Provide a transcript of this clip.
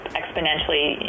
exponentially